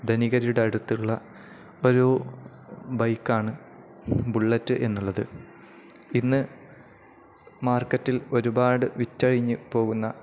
ധനികരുടെ അടുത്തുള്ള ഒരു ബൈക്കാണ് ബുള്ളറ്റ് എന്നുള്ളത് ഇന്ന് മാർക്കറ്റിൽ ഒരുപാടു വിറ്റഴിഞ്ഞുപോകുന്ന